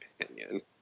opinion